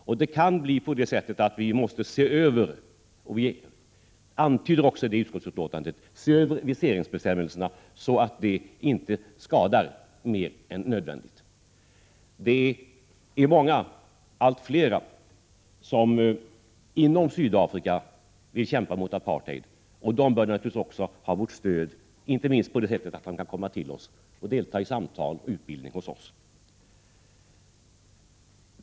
Det kan bli så att vi måste se över viseringsbestämmelserna — och det antyder vi också i utskottsbetänkandet — så att de inte skadar mer än nödvändigt. Allt fler inom Sydafrika vill kämpa mot apartheid, och de bör naturligtvis också ha vårt stöd, inte minst så att de kan komma till oss och delta i samtal och utbildning här.